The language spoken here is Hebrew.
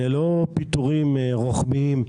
אלה לא פיטורים רוחביים.